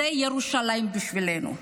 זו ירושלים בשבילנו.